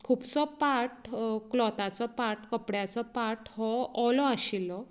खुबसो पार्ट क्लोताचो पार्ट कपड्याचो पार्ट हो ओलो आशिल्लो